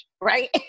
right